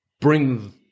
bring